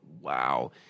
wow